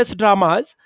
dramas